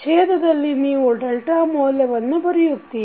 ಛೇದದಲ್ಲಿ ನೀವು ಡೆಲ್ಟಾ ಮೌಲ್ಯವನ್ನು ಬರೆಯುತ್ತೀರಿ